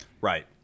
Right